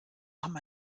haben